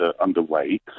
underway